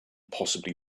possibly